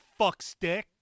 fuckstick